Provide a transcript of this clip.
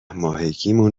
ماهگیمون